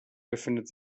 befindet